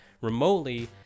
remotely